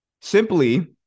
Simply